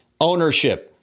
ownership